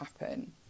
happen